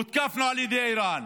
הותקפנו על ידי איראן,